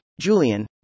Julian